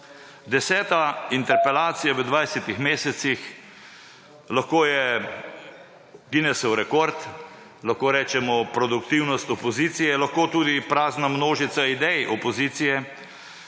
Deseta interpelacija v dvajsetih mesecih, lahko je Guinnessov rekord, lahko rečemo produktivnost opozicije, lahko tudi prazna množica idej opozicije,